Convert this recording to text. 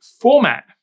Format